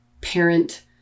parent